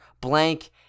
Blank